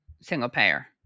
single-payer